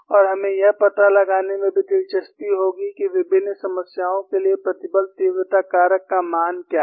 और हमें यह पता लगाने में भी दिलचस्पी होगी कि विभिन्न समस्याओं के लिए प्रतिबल तीव्रता कारक का मान क्या है